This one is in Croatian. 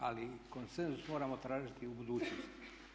Ali konsenzus moramo tražiti u budućnosti.